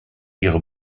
ihre